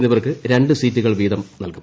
എന്നിവർക്ക് രണ്ട് സീറ്റുകൾ വീതവും നൽകും